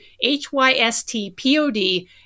h-y-s-t-p-o-d